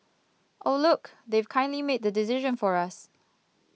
oh look they've kindly made the decision for us